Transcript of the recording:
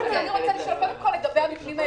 אני רוצה לשאול קודם כול לגבי המבנים היבילים.